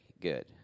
good